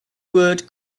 word